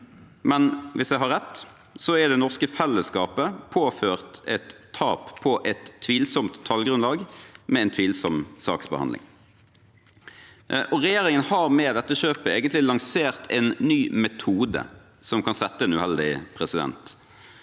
men hvis jeg har rett, er det norske fellesskapet påført et tap på et tvilsomt tallgrunnlag, med en tvilsom saksbehandling. Regjeringen har med dette kjøpet egentlig lansert en ny metode som kan sette en uheldig presedens.